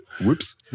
whoops